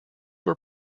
were